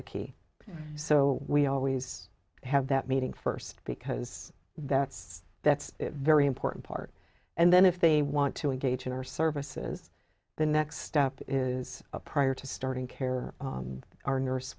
the key so we always have that meeting first because that's that's very important part and then if they want to engage in our services the next step is a prior to starting care are nurse